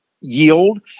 yield